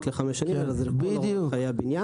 לחמש שנים אלא לכל אורך חיי הבניין.